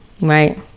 Right